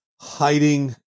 hiding